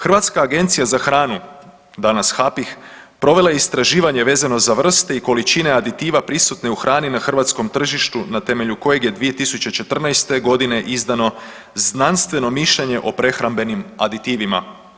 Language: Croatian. Hrvatska agencija za hranu danas HAPIH provela je istraživanje vezano za vrste i količine aditiva prisutne u hrani na hrvatskom tržištu na temelju kojeg je 2014. godine izdano znanstveno mišljenje o prehrambenim aditivima.